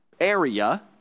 area